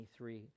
23